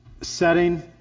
setting